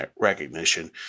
recognition